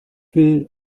will